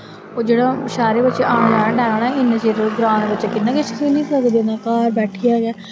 ओह् जेह्ड़ा शैह्रें बिच्च आने जाने च टैम न इन्नै चिर धोड़ी ग्रांऽ दे बच्चे किन्ना किश खेली सकदे न घर बैठियै गै